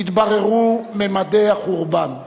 התבררו ממדי החורבן.